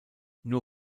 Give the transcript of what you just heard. nur